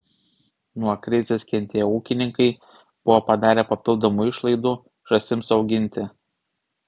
nuo krizės kentėję ūkininkai buvo padarę papildomų išlaidų žąsims auginti